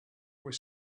was